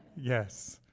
yes,